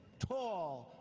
tall,